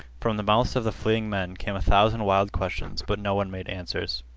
from the mouths of the fleeing men came a thousand wild questions, but no one made answers.